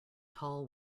tall